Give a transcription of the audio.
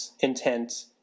intent